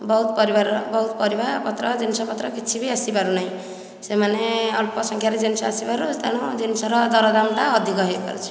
ବହୁତ ପରିବାର ବହୁତ ପରିବାପତ୍ର ଜିନିଷପତ୍ର କିଛି ବି ଆସିପାରୁ ନାହିଁ ସେମାନେ ଅଳ୍ପ ସଂଖ୍ୟାର ଜିନିଷ ଆସିବାରୁ ତେଣୁ ଜିନିଷର ଦର ଦାମ୍ଟା ଅଧିକ ହେଇପାରୁଛି